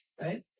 Right